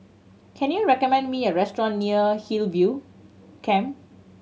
can you recommend me a restaurant near Hillview Camp